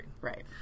Right